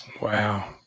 wow